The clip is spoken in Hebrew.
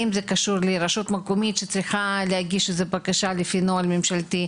האם זה קשור לרשות מקומית שצריכה להגיש בקשה לפי נוהל ממשלתי,